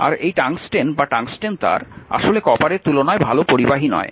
আর এই টাংস্টেন বা টাংস্টেন তার আসলে কপারের তুলনায় ভালো পরিবাহী নয়